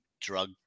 drug